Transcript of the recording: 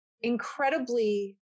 incredibly